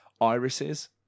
irises